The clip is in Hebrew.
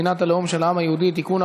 מדינת הלאום של העם היהודי (תיקון,